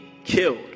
killed